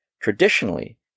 Traditionally